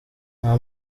nta